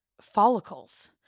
follicles